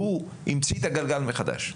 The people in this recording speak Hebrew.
הוא המציא את הגלגל מחדש.